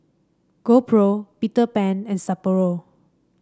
GoPro Peter Pan and Sapporo